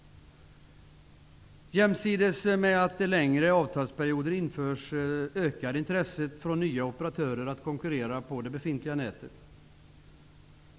Jämsides med att längre avtalsperioder införs ökar intresset från nya operatörer för att konkurrera på det befintliga nätet.